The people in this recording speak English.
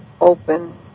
open